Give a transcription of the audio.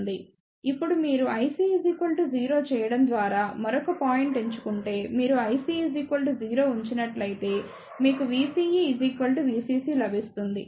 ఇప్పుడు మీరు IC 0 చేయడం ద్వారా మరొక పాయింట్ ఎంచుకుంటే మీరు IC 0 ఉంచినట్లయితే మీకు VCE VCC లభిస్తుంది